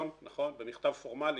נכון, במכתב פורמלי.